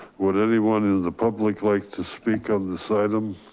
would anyone in the public like to speak on this item?